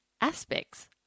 aspects